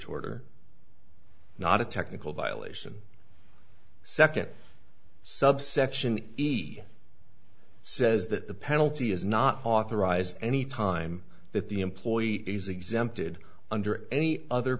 wage order not a technical violation second subsection he says that the penalty is not authorized any time that the employee is exempted under any other